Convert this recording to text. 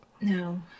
No